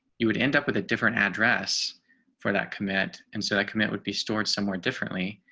you would end up with a different address for that commit and so that commit would be stored somewhere differently.